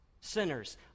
Sinners